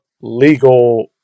legal